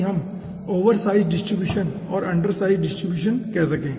ताकि हम oversize distribution और अंडरसाइज़ डिस्ट्रीब्यूशन कह सकें